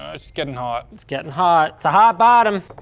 ah it's getting hot. it's getting hot, it's a hot bottom!